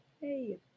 Hey